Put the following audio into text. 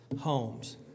homes